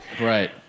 Right